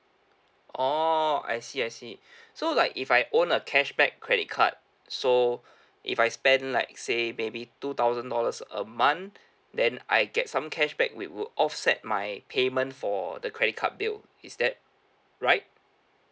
orh I see I see so like if I own a cashback credit card so if I spend like say maybe two thousand dollars a month then I get some cashback which would offset my payment for the credit card bill is that right